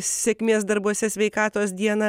sėkmės darbuose sveikatos dieną